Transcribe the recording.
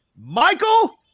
michael